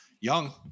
young